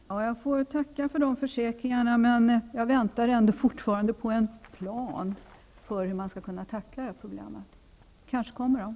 Herr talman! Jag får tacka för dessa försäkringar. Jag väntar dock fortfarande på en plan för hur man skall kunna tackla problemet. Kanske kommer den?